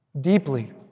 deeply